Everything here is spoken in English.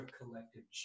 Collective